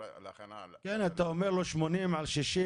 להכנה --- כן אתה אומר לו שמונים על שישים,